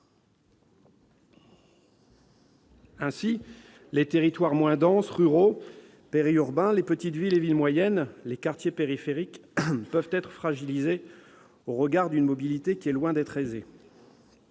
Ainsi, les territoires moins denses, ruraux, périurbains, les petites villes et villes moyennes, les quartiers périphériques peuvent être fragilisés au regard d'une mobilité qui est loin d'être aisée.